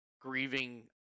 grieving